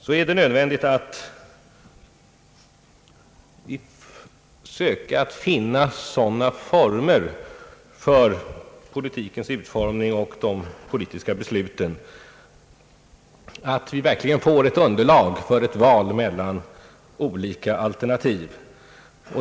Vår uppgift är att finna sådana former för politiskt beslutfattande att det grundas på ett underlag som ger upplysning om innebörden och konsekvensen av olika alternativ.